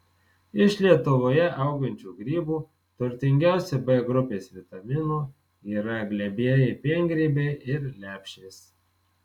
iš lietuvoje augančių grybų turtingiausi b grupės vitaminų yra glebieji piengrybiai ir lepšės